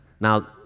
now